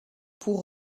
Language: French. pour